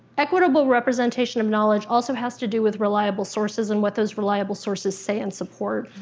equitable representation of knowledge also has to do with reliable sources and what those reliable sources say and support.